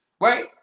right